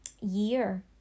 year